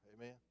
Amen